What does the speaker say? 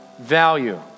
value